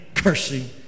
cursing